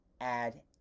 add